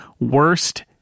Worst